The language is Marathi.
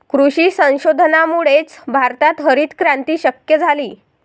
कृषी संशोधनामुळेच भारतात हरितक्रांती शक्य झाली